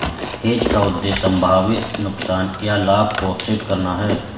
hedge का उद्देश्य संभावित नुकसान या लाभ को ऑफसेट करना है